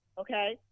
Okay